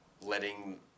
letting